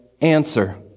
answer